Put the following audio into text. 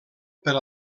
per